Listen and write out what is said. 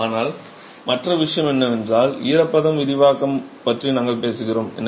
ஆனால் மற்ற விஷயம் என்னவென்றால் ஈரப்பதம் விரிவாக்கம் பற்றி நாங்கள் பேசினோம்